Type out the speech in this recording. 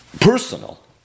personal